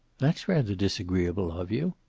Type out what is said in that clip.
that's rather disagreeable of you.